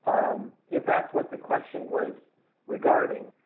if thatis what the question was regarding,